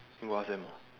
go ask them ah